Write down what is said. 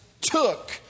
took